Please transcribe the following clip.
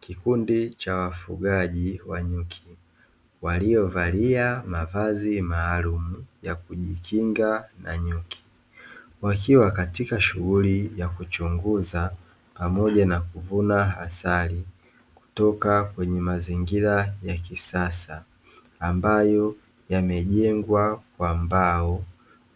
Kikundi cha wafugaji wa nyuki waliovalia mavazi maalumu ya kujikinga na nyuki wakiwa katika shuguli ya kuchunguza pamoja na kuvuna asali kutoka kwenye mazingira ya kisasa ambayo yamejengwa kwa mbao